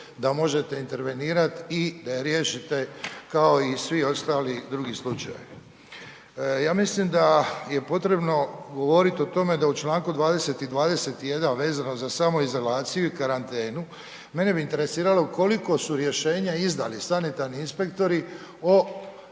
da možete intervenirat i da je riješite kao i svi ostali drugi slučajevi. Ja mislim da je potrebno govorit o tome da u čl. 20. i 21. vezano za samoizolaciju i karantenu, mene bi interesiralo koliko su rješenja izdali sanitarni inspektori o